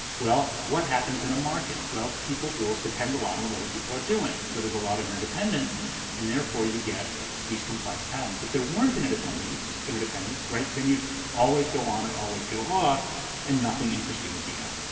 well what happens in a market. people's rules depend a lot on what other people are doing. so there is a lot of interdependence and therefore you get these complex patterns. if there weren't interdependence, interdependence, right? then you'd also go on or always go off and nothing interesting would be happening.